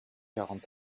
quarante